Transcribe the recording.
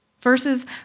Verses